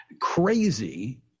crazy